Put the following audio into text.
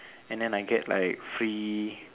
and then I get like free